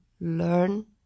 learn